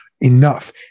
Enough